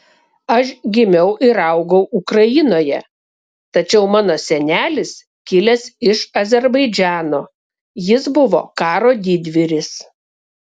aš gimiau ir augau ukrainoje tačiau mano senelis kilęs iš azerbaidžano jis buvo karo didvyris